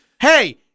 Hey